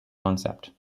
concept